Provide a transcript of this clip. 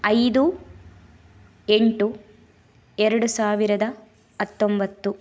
ಐದು ಎಂಟು ಎರಡು ಸಾವಿರದ ಹತ್ತೊಂಬತ್ತು